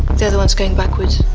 the other one's going backwards.